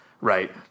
right